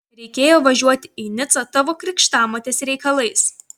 reikėjo važiuoti į nicą tavo krikštamotės reikalais